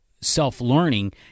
self-learning